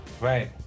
Right